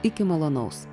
iki malonaus